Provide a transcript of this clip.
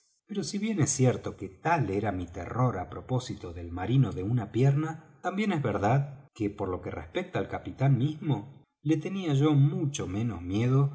pero si bien es cierto que tal era mi terror á propósito del marino de una pierna también es verdad que por lo que respecta al capitán mismo le tenía yo mucho menos miedo